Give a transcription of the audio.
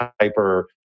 hyper